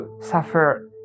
suffer